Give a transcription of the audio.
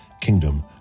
kingdom